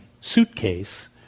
suitcase